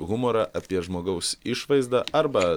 humorą apie žmogaus išvaizdą arba